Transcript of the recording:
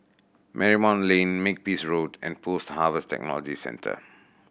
Marymount Lane Makepeace Road and Post Harvest Technology Centre